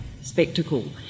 spectacle